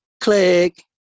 click